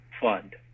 Fund